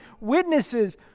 witnesses